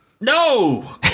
no